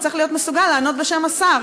הוא צריך להיות מסוגל לענות בשם השר.